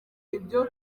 ibyo